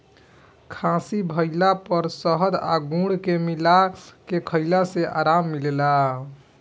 खासी भइला पर शहद आ गुड़ के मिला के खईला से आराम मिलेला